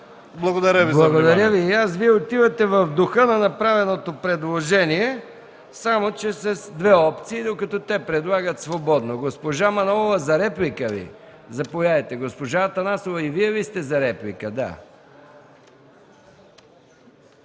Благодаря Ви за вниманието.